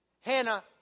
Hannah